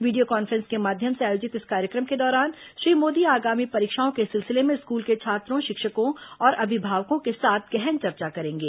video conference के माध्यम से आयोजित इस कार्यक्रम के दौरान श्री मोदी आगामी परीक्षाओं के सिलसिले में स्कूल के छात्रों शिक्षकों और अभिभावकों के साथ गहन चर्चा करेंगे